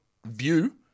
view